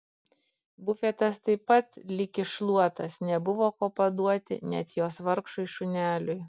bufetas taip pat lyg iššluotas nebuvo ko paduoti net jos vargšui šuneliui